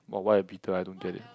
but why a beetle I don't get it